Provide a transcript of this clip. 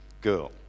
girl